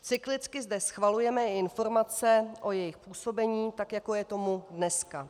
Cyklicky zde schvalujeme i informace o jejich působení, tak jako je tomu dneska.